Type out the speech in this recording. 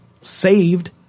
saved